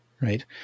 Right